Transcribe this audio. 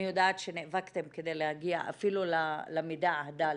אני יודעת שנאבקתם כדי להגיע אפילו למידע הדל